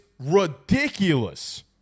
ridiculous